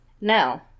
Now